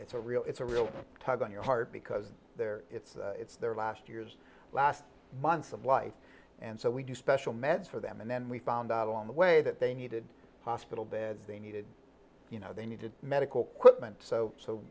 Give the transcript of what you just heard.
it's a real it's a real tug on your heart because they're it's it's their last years last months of life and so we do special meds for them and then we found out on the way that they needed hospital beds they needed you know they needed medical equipment so so